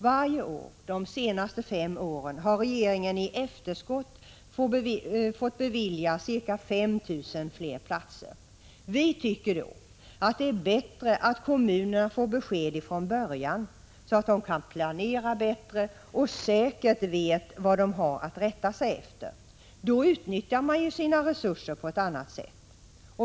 Varje år de senaste fem åren har regeringen i efterskott beviljat ca 5 000 fler platser. Vi tycker att det är bättre att kommunerna får besked från början, så att de kan planera bättre och säkert vet vad de har att rätta sig efter. Då utnyttjar man ju sina resurser på ett annat sätt.